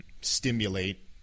stimulate